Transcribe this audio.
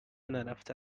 نرفته